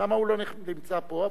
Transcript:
למה הוא לא נמצא פה?